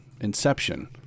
Inception